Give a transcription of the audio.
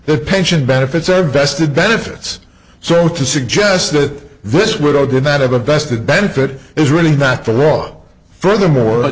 the pension benefits are vested benefits so to suggest that this would or did not have a vested benefit is really not for rob furthermore